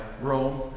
Rome